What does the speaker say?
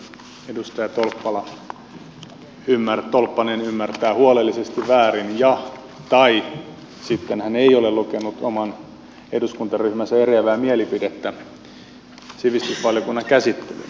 nyt kyllä edustaja tolppanen ymmärtää huolellisesti väärin tai sitten hän ei ole lukenut oman eduskuntaryhmänsä eriävää mielipidettä sivistysvaliokunnan käsittelyyn